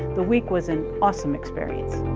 the week was an awesome experience.